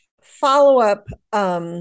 follow-up